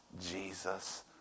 Jesus